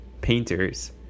painters